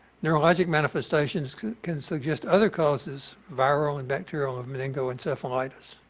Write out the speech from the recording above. neurologic manifestations can can suggest other causes viral and bacterial of meningoencephalitis.